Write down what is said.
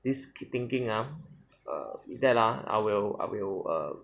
this thinking ah err that ah I will I will err